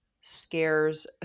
scares